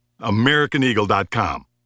AmericanEagle.com